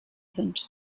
sind